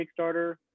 Kickstarter